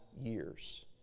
years